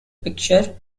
picture